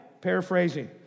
paraphrasing